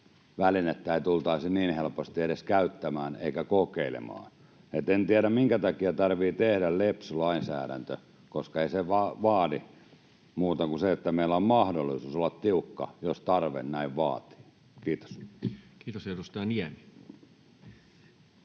välinettä ei tultaisi niin helposti edes käyttämään eikä kokeilemaan. En tiedä, minkä takia tarvitsee tehdä lepsu lainsäädäntö, koska ei se vaadi muuta kuin sen, että meillä on mahdollisuus olla tiukka, jos tarve näin vaatii. — Kiitos.